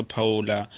Paula